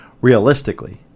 realistically